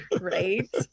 Right